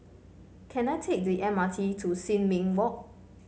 can I take the M R T to Sin Ming Walk